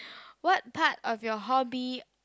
what part of your hobby